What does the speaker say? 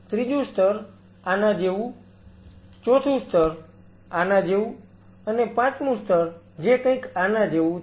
ત્રીજુ સ્તર આના જેવું ચોથું સ્તર આના જેવું અને પાંચમું સ્તર જે કંઈક આના જેવું છે